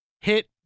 hit